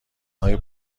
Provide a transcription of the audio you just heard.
های